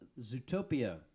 Zootopia